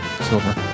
silver